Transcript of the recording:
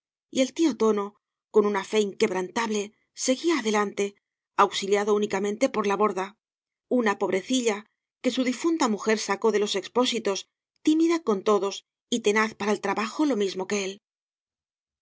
y el tío tono con una fe inquebrantable seguía adelante auxi liado únicamente por la borda una pobrecilla que su difunta mujer sacó de los expósitos tímida con todos y tenaz para el trabajo lo mismo que él slud